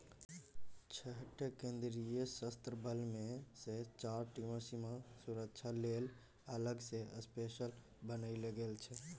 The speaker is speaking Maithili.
छअ टा केंद्रीय सशस्त्र बल मे सँ चारि टा सीमा सुरक्षा लेल अलग सँ स्पेसली बनाएल गेल छै